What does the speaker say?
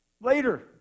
later